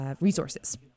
resources